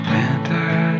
Winter